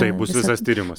tai bus visas tyrimas